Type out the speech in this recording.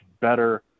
better